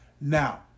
Now